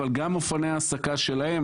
אבל גם נתוני ההעסקה שלהם,